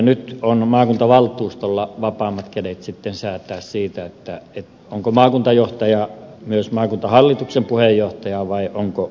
nyt maakuntavaltuustolla on vapaammat kädet säätää siitä onko maakuntajohtaja myös maakuntahallituksen puheenjohtaja vai onko luottamushenkilö puheenjohtaja